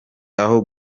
aho